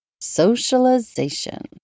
socialization